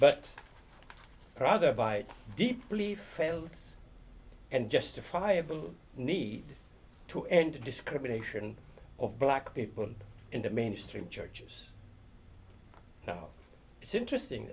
but rather by deeply failed and justifiable need to end discrimination of black people in the mainstream churches now it's interesting